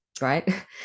Right